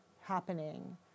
happening